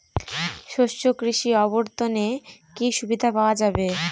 শস্য কৃষি অবর্তনে কি সুবিধা পাওয়া যাবে?